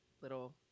Little